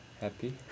happy